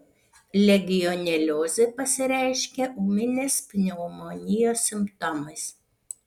legioneliozė pasireiškia ūminės pneumonijos simptomais